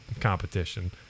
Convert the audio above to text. competition